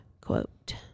quote